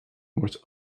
wordt